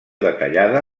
detallada